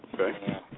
Okay